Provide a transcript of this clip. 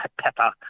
pepper